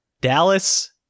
Dallas